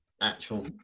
actual